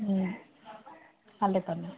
ಹ್ಞೂ ಅಲ್ಲೇ ಬನ್ನಿ